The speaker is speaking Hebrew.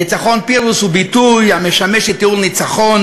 ניצחון פירוס הוא ביטוי המשמש לתיאור ניצחון